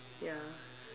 ya